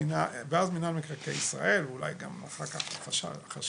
מנהל מקרקעי ישראל, אולי גם חשכ"ל.